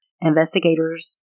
investigators